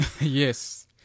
yes